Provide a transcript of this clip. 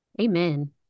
Amen